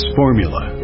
formula